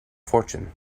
fortune